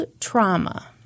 trauma